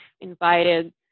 invited